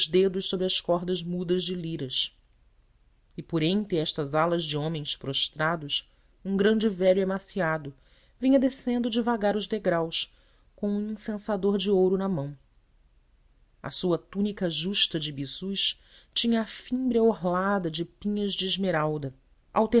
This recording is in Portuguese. dedos sobre as cordas mudas de liras e por entre estas alas de homens prostrados um grande velho emaciado vinha descendo devagar os degraus com um incensador de ouro na mão a sua túnica justa de biso tinha a fímbria orlada de pinhas de esmeralda